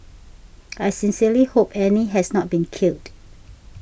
I sincerely hope Annie has not been killed